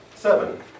Seven